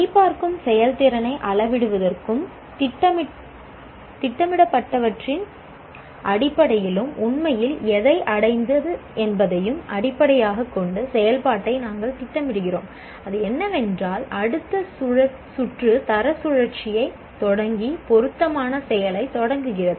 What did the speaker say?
சரிபார்க்கும் செயல்திறனை அளவிடுவதற்கும் திட்டமிடப்பட்டவற்றின் அடிப்படையிலும் உண்மையில் எதை அடைந்தது என்பதையும் அடிப்படையாகக் கொண்டு செயல்பாட்டை நாங்கள் திட்டமிடுகிறோம் அது என்னவென்றால் அடுத்த சுற்று தர சுழற்சியைத் தொடங்கி பொருத்தமான செயலைத் தொடங்குகிறது